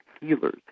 healers